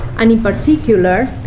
and in particular,